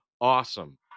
awesome